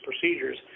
procedures